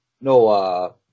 No